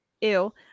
ew